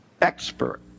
expert